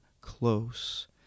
close